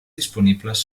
disponibles